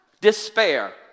despair